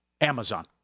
Amazon